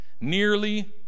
nearly